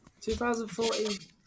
2014